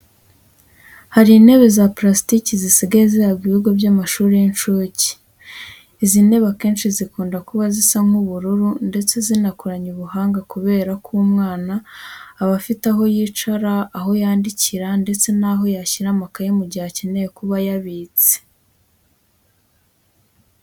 Hari intebe za parasitike zisigaye zihabwa ibigo by'amashuri y'inshuke. Izi ntebe akenshi zikunda kuba zisa nk'ubururu ndetse zinakoranye ubuhanga kubera ko umwana aba afite aho yicara, aho yandikira ndetse n'aho ashyira amakayi mu gihe akeneye kuba ayabitse.